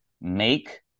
make